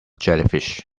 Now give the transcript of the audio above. jellyfish